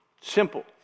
Simple